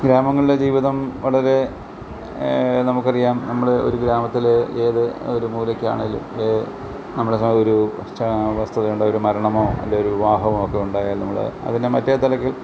ഗ്രാമങ്ങളിലെ ജീവിതം വളരെ നമുക്ക് അറിയാം നമ്മൾ ഒരു ഗ്രാമത്തിൽ ഏത് ഒരു മൂലക്കാനെങ്കിലും നമ്മുടെ സഹര്യമോ വസ്തുത ഉണ്ടായ ഒരു മരണമോ അല്ലെ ഒരു വിവാഹമോ ഒക്കെ ഉണ്ടായാൽ നമ്മൾ അതിനെ മറ്റേ തലയ്ക്ക്